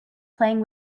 playing